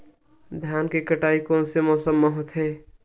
धान के कटाई कोन मौसम मा होथे?